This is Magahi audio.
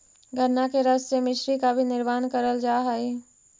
गन्ना के रस से मिश्री का भी निर्माण करल जा हई